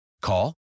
Call